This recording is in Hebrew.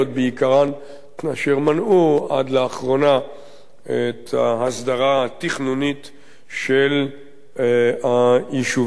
אשר מנעו עד לאחרונה את ההסדרה התכנונית של היישובים האלה.